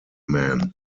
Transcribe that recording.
man